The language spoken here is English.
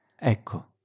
Ecco